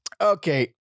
Okay